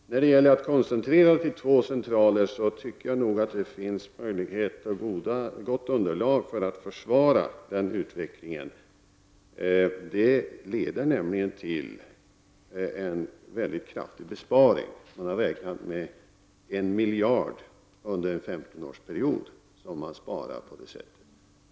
När det gäller att göra en koncentration till två centraler tycker jag att det finns möjlighet och gott underlag för att försvara den utvecklingen. Det leder nämligen till en mycket kraftig besparing. Jag räknar med 1 miljard kronor under en femtonårsperiod som kan sparas på det sättet.